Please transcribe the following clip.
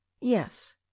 Yes